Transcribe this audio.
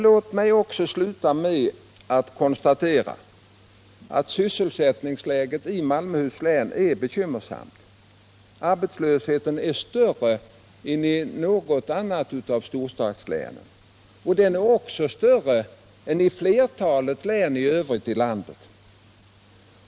Låt mig sluta med att konstatera att sysselsättningsläget i Malmöhus län är bekymmersamt. Arbetslösheten är större än i något annat av storstadslänen. Den är också större än i flertalet övriga län i landet.